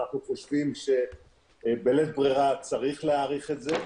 אנחנו חושבים שבלית ברירה צריך להאריך את זה.